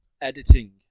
editing